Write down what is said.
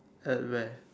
at where